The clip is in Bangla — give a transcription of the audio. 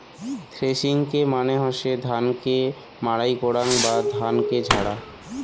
থ্রেশিংকে মানে হসে ধান কে মাড়াই করাং বা ধানকে ঝাড়া